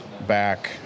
back